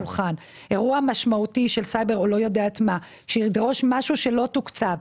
אירוע משמעותי של סייבר למשל שידרוש משהו שלא תוקצב.